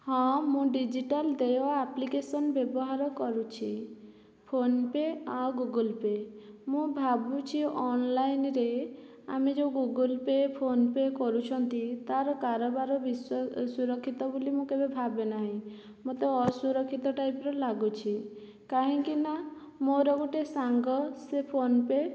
ହଁ ମୁଁ ଡିଜିଟାଲ ଦେୟ ଆପ୍ଲିକେସନ ବ୍ୟବହାର କରୁଛି ଫୋନପେ ଆଉ ଗୁଗୁଲପେ ମୁଁ ଭାବୁଛି ଅନଲାଇନରେ ଆମେ ଯେଉଁ ଗୁଗୁଲପେ ଫୋନପେ କରୁଛନ୍ତି ତାର କାରବାର ସୁରକ୍ଷିତ ବୋଲି ମୁଁ କେବେ ଭାବିନାହିଁ ମୋତେ ଅସୁରକ୍ଷିତ ଟାଇପ ର ଲାଗୁଛି କାହିଁକି ନା ମୋର ଗୋଟେ ସାଙ୍ଗ ସେ ଫୋନପେ